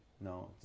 no